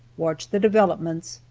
watch the developments,